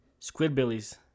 Squidbillies